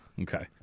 Okay